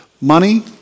Money